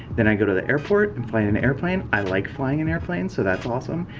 then i go to the airport and fly in an airplane. i like flying in airplanes so that's awesome.